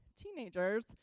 teenagers